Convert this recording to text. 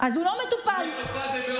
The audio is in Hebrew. הוא מטופל במאות מיליוני שקלים.